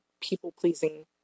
people-pleasing